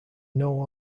know